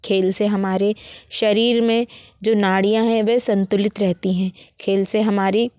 खेल से हमारे शरीर में जो नाड़ियाँ हैं वे संतुलित रहती हैं खेल से हमारी